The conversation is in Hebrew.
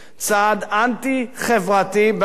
צעד אנטי-חברתי בעליל.